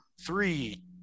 Three